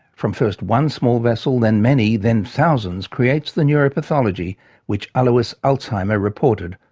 from first one small vessel, then many, then thousands, creates the neuropathology which alois alzheimer reported,